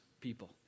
people